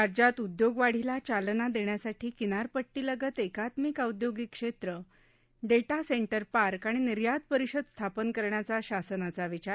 राज्यात उद्योगवाढीला चालना देण्यासाठी किनारपट्टीलगत एकात्मिक औद्योगिक क्षेत्र डेटा सेंटर पार्क णि निर्यात परिषद स्थापन करण्याचा शासनाचा विचार